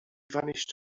vanished